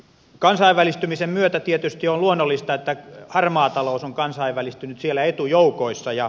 kansainvälistymisen myötä tietysti on luonnollista että harmaa talous on kansainvälistynyt siellä etujoukoissa